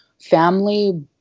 family